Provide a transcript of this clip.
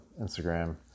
Instagram